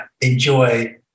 enjoy